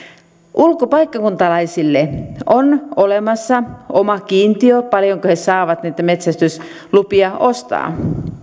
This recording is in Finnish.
ulkopaikkakuntalaisille on olemassa oma kiintiö paljonko he saavat näitä metsästyslupia ostaa